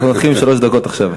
אנחנו מתחילים עם שלוש דקות עכשיו.